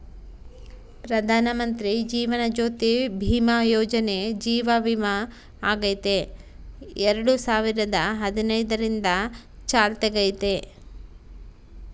ಪ್ರಧಾನಮಂತ್ರಿ ಜೀವನ ಜ್ಯೋತಿ ಭೀಮಾ ಯೋಜನೆ ಜೀವ ವಿಮೆಯಾಗೆತೆ ಎರಡು ಸಾವಿರದ ಹದಿನೈದರಿಂದ ಚಾಲ್ತ್ಯಾಗೈತೆ